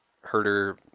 herder